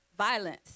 Violence